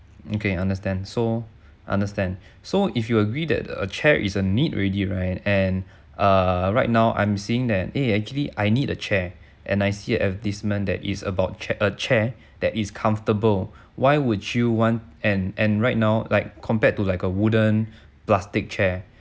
okay understand so understand so if you agree that a chair is a need already right and err right now I'm seeing that eh actually I need a chair and I see a advertisement that is about chair a chair that is comfortable why would you want and and right now like compared to like a wooden plastic chair